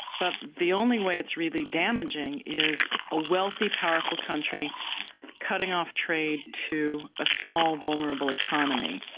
but the only way it's really damaging is a wealthy, powerful country cutting off trade to a small, vulnerable economy.